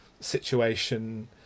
situation